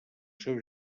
seus